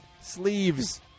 sleeves